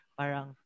parang